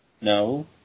No